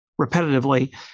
repetitively